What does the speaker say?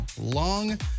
long